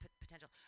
potential